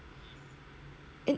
that I cannot remember but I